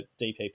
DPP